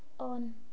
on